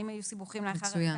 האם היו סיבוכים לאחר --- מצוין,